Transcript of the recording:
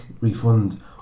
refund